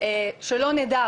שלא נדע,